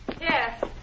Yes